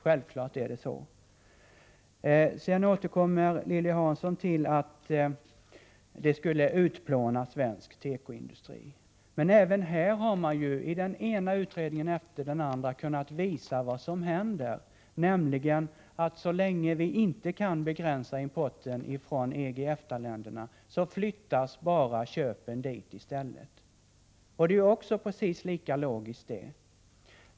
Så återkommer Lilly Hansson till att en fri import skulle utplåna svensk tekoindustri. Även här har man ju i den ena utredningen efter den andra kunnat visa vad som händer, nämligen att så länge vi inte kan begränsa importen från EG och EFTA-länderna flyttas bara köpen dit i stället. Det är precis lika logiskt.